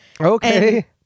Okay